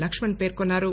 లక్ష్మణ్ పేర్కొన్నారు